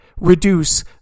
reduce